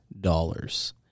dollars